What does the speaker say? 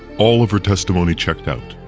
all of her testimony checked out.